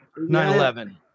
9-11